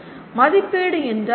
மதிப்பீடு என்றால் என்ன